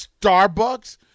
Starbucks